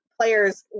players